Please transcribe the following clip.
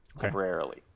temporarily